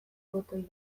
botoi